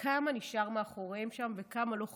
כמה נשאר מאחוריהם שם וכמה לא חזר,